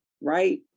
right